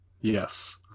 yes